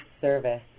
service